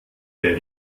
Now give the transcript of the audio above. der